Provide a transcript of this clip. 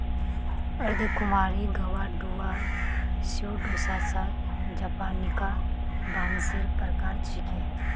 अर्धकुंवारी Guadua Pseudosasa japonica बांसेर प्रकार छिके